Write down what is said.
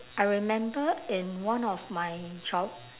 I remember in one of my job